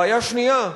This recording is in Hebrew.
בעיה שנייה: